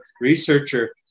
researcher